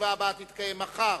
הישיבה הבאה תתקיים מחר,